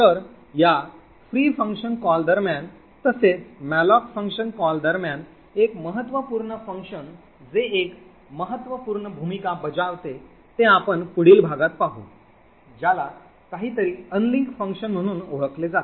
तर या free function call दरम्यान तसेच मॅलोक फंक्शन call दरम्यान एक महत्त्वपूर्ण फंक्शन जे एक महत्वपूर्ण भूमिका बजावते ते आपण पुढील भागात पाहू ज्याला काहीतरी अनलिंक फंक्शन म्हणून ओळखले जाते